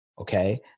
Okay